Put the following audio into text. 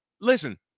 Listen